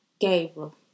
Gabriel